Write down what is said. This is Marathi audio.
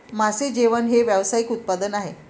मासे जेवण हे व्यावसायिक उत्पादन आहे